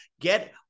Get